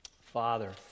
Father